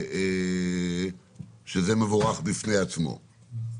שזה מבורך בפני עצמו.